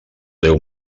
déu